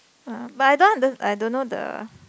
uh but I don't under~ I don't know the